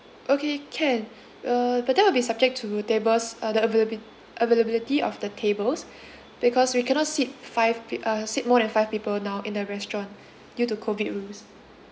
okay can uh but that will be subject to tables uh the availabi~ availability of the tables because we cannot sit five peop~ uh sit more than five people now in the restaurant due to COVID rules